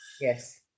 yes